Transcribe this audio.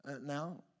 now